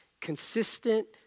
Consistent